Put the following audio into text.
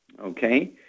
okay